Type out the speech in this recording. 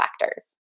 factors